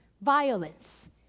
violence